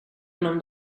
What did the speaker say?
honom